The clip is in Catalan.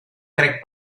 crec